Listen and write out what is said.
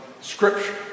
Scripture